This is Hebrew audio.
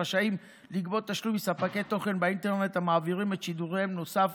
רשאים לגבות תשלום מספקי תוכן באינטרנט המעבירים את שידוריהם נוסף